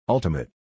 Ultimate